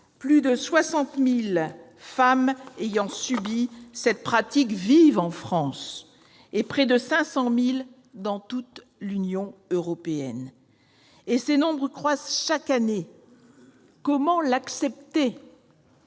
plus de 60 000 femmes ayant subi cette pratique vivent en France de nos jours et près de 500 000 dans toute l'Union européenne. Et ces chiffres croissent chaque année ! Comment l'accepter ?